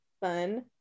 fun